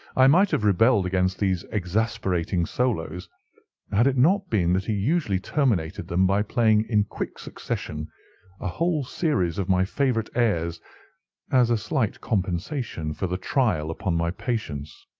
i might have rebelled against these exasperating solos had it not been that he usually terminated them by playing in quick succession a whole series of my favourite airs as a slight compensation for the trial upon my patience.